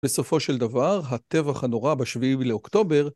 בסופו של דבר, הטבח הנורא בשביעי לאוקטובר